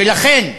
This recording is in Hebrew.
ולכן,